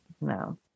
No